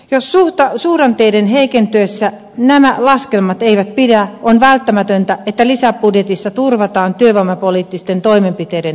jos suhdanteiden heikentyessä nämä laskelmat eivät pidä on välttämätöntä että lisäbudjetissa turvataan työvoimapoliittisten toimenpiteiden toteutuminen